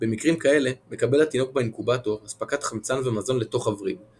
במקרים כאלה מקבל התינוק באינקובטור אספקת חמצן ומזון לתוך הווריד,